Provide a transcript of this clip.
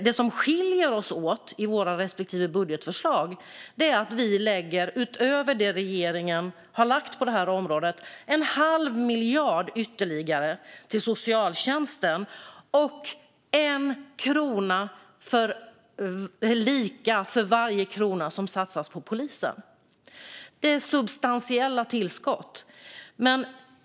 Det som skiljer oss åt i våra respektive budgetförslag är att vi, utöver det regeringen har lagt på detta område, lägger ytterligare en halv miljard till socialtjänsten och en krona för varje krona som satsas på polisen. Det är substantiella tillskott.